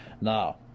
Now